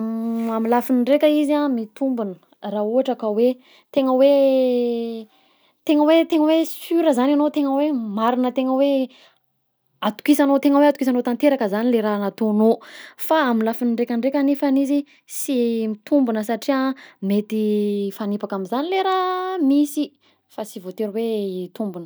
amin'ny lafiny raika izy a mitombina, raha ohatra ka hoe, tegna hoe tegna hoe tegna hoe sure zagny anao, tegna hoe marigna tegna hoe atokisanao tegna hoe atokisanao tanteraka zany le raha nataonao, fa amin'ny lafiny raika ndraika nefany izy sy mitombona satria mety hifanipaka am'zany le raha misy fa sy voatery hoe hitombina.